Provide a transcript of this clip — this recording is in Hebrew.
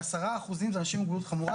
כ-10% זה אנשים עם מוגבלות חמורה,